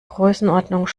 größenordnung